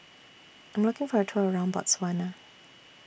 I'm looking For A Tour around Botswana